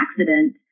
accident